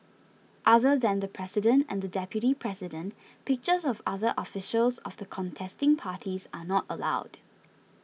other than the president and the deputy president pictures of other officials of the contesting parties are not allowed